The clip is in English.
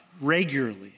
regularly